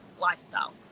lifestyle